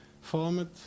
format